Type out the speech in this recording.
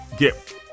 Get